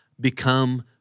Become